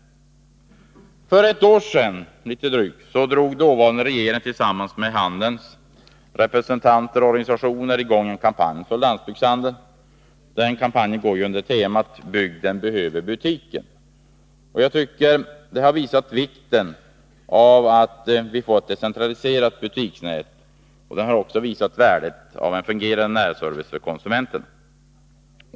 För litet drygt ett år sedan drog dåvarande regeringen tillsammans med handelns representanter och organisationer i gång en kampanj för landsbygdshandeln. Kampanjen går under namnet Bygden behöver butiken. Jag tycker att den har visat vikten av ett decentraliserat butiksnät och värdet av en fungerande närservice för konsumenterna.